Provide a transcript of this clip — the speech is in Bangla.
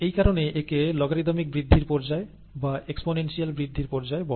এই কারণে একে লোগারিদমিক বৃদ্ধির পর্যায় বা এক্সপোনেনশিয়াল বৃদ্ধির পর্যায় বলে